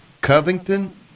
Covington